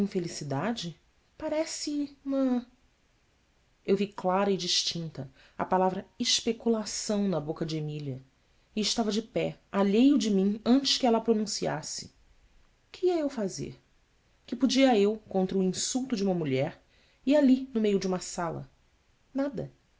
infelicidade parece uma eu vi clara e distinta a palavra especulação na boca de emília e estava de pé alheio de mim antes que ela a pronunciasse que ia eu fazer que podia eu contra o insulto de uma mulher e ali no meio de uma sala nada